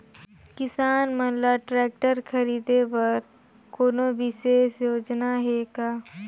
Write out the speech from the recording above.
किसान मन ल ट्रैक्टर खरीदे बर कोनो विशेष योजना हे का?